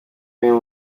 uyo